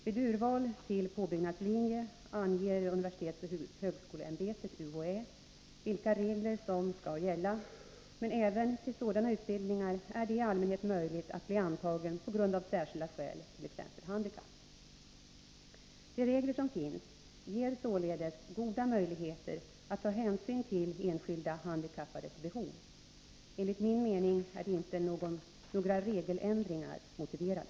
Vid urval till påbyggnadslinje anger universitetsoch högskoleämbetet vilka regler som skall gälla, men även till sådana utbildningar är det i allmänhet möjligt att bli antagen av särskilda skäl, t.ex. handikapp. De regler som finns ger således goda möjligheter att ta hänsyn till enskilda handikappades behov. Enligt min mening är inte några regeländringar motiverade.